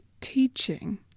teaching